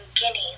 Guinea